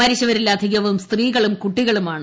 മരിച്ചവരിൽ അധികവും സ്ത്രീകളും കുട്ടികളുമാണ്